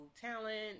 talent